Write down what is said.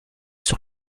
sur